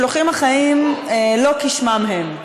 המשלוחים החיים, לא כשמם הם.